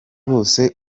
bose